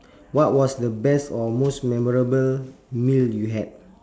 what was the best or most memorable meal you had